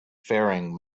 faring